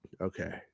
Okay